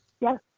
Yes